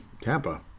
Tampa